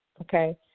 Okay